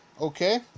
Okay